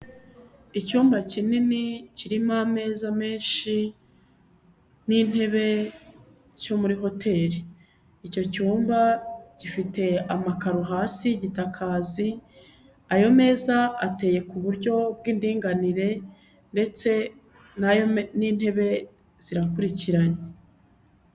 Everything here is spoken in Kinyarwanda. Icyumba kinini kirimo ameza menshi n'intebe cyo muri hoteli. Icyo cyumba gifite amakaro hasi igitakazi ayo meza ateye ku buryo bw'indinganire ndetse nayo n'intebe zirakurikiranye.